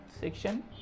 section